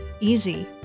easy